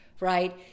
right